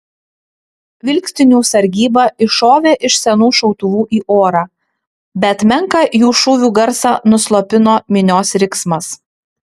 vilkstinių sargyba iššovė iš senų šautuvų į orą bet menką jų šūvių garsą nuslopino minios riksmas